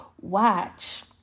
Watch